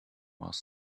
was